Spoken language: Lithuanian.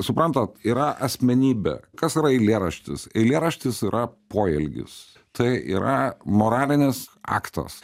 suprantat yra asmenybė kas yra eilėraštis eilėraštis yra poelgis tai yra moralinis aktas